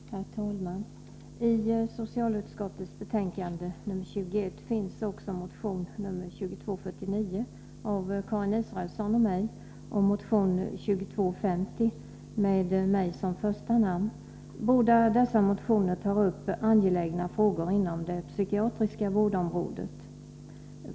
Herr talman! I socialutskottets betänkande nr 21 behandlas också motion 2249 av Karin Israelsson och mig och motion 2250 där jag står som första namn. Båda dessa motioner tar upp angelägna frågor inom det psykiatriska vårdområdet.